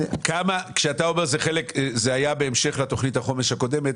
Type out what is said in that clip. כשאתה אומר שזה היה בהמשך לתכנית החומש הקודמת,